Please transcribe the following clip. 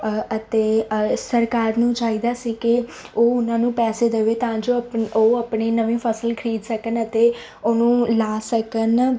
ਅਤੇ ਸਰਕਾਰ ਨੂੰ ਚਾਹੀਦਾ ਸੀ ਕਿ ਉਹ ਉਹਨਾਂ ਨੂੰ ਪੈਸੇ ਦਵੇ ਤਾਂ ਜੋ ਉਹ ਆਪਣੀ ਨਵੀਂ ਫਸਲ ਖਰੀਦ ਸਕਣ ਅਤੇ ਉਹਨੂੰ ਲਾ ਸਕਣ